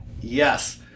yes